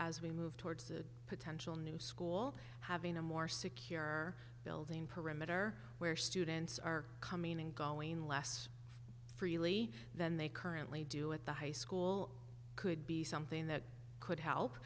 as we move towards a potential new school having a more secure building perimeter where students are coming and going less freely than they currently do at the high school could be something that could